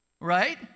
right